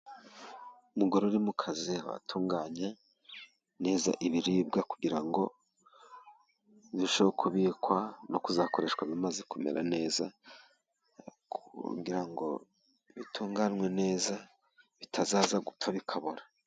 Umugore uri mu kazi atunganya neza ibiribwa kugira ngo birushe ho kubikwa no kuzakoreshwa bimaze kumera neza, kugira ngo bitunganwe neza bitazapfa, bikabora.